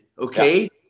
okay